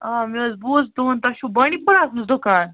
آ مےٚ حظ بوٗز تُہُنٛد تۄہہِ چھو بانٛڈی پوٗراہَس منٛز دُکان